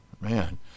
Man